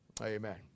Amen